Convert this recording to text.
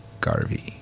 Garvey